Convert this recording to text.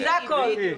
בדיוק.